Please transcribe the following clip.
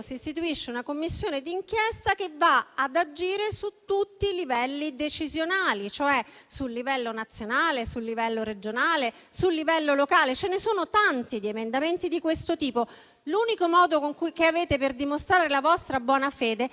si istituisce una Commissione d'inchiesta che davvero va ad agire su tutti i livelli decisionali, cioè sul livello nazionale, sul livello regionale, sul livello locale. Ve ne sono tanti di emendamenti di questo tipo. L'unico modo che avete per dimostrare la vostra buona fede è